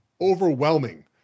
overwhelming